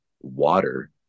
water